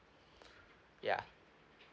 ya